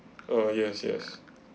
ah yes yes